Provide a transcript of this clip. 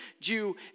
Jew